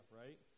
right